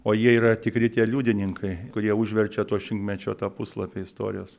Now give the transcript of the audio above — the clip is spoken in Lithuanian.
o jie yra tikri tie liudininkai kurie užverčia to šimtmečio tą puslapį istorijos